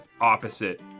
opposite